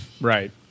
right